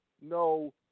No